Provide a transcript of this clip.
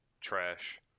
Trash